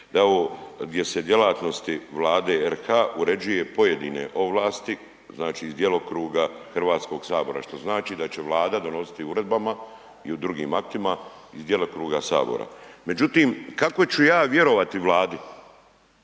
ovo gdje se djelatnosti Vlade RH uređuje pojedine ovlasti iz djelokruga Hrvatskog sabora, što znači da će Vlada donositi uredbama i u drugim aktima iz djelokruga Sabora. Međutim, kako ću ja vjerovati Vladi